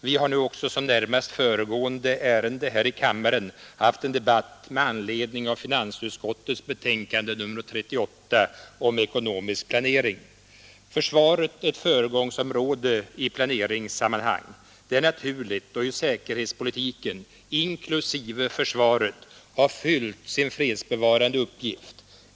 Vi har nu också som närmast föregående ärende här i kammaren haft en debatt Försvaret är ett föregångsområde i planeringssammanhang. Detta är naturligt då ju säkerhetspolitiken inklusive försvaret har fyllt sin fredsbevarande uppgift.